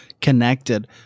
connected